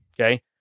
okay